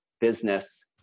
business